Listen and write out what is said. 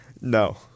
No